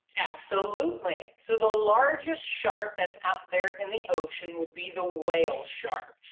absolutely. so the largest shark that's out there in the ocean would be the whale shark,